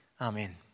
Amen